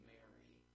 Mary